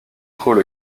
trouve